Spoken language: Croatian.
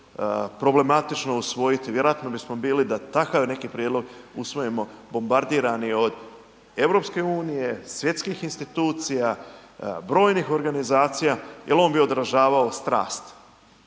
problematično usvojiti vjerojatno bismo bili da takav neki prijedlog usvojimo bombardirani od EU, svjetskih institucija, brojnih organizacija jer on bi odražavao strast.